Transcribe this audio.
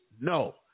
No